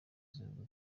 zivuga